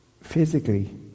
physically